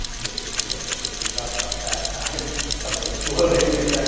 this explodes. so can you talk about that time of it exploding and,